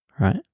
Right